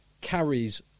carries